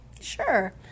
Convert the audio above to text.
Sure